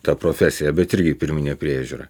ta profesija bet irgi pirminė priežiūra